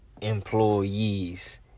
employees